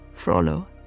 Frollo